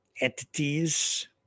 entities